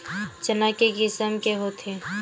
चना के किसम के होथे?